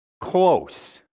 Close